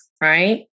Right